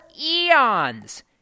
eons